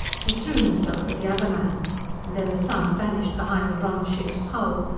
he threw himself at the other man and then the sun vanished behind the bronze ship's hull,